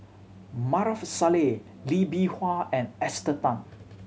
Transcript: Maarof Salleh Lee Bee Wah and Esther Tan